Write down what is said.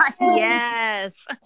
yes